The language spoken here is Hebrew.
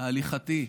חברת הכנסת לשעבר.